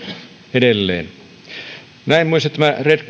edelleen red